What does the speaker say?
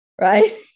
Right